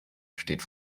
steht